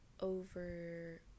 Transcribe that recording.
over